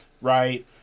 right